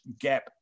gap